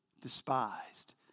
despised